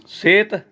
ਸਿਹਤ